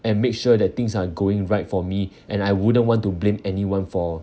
and make sure that things are going right for me and I wouldn't want to blame anyone for